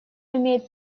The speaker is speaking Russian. имеет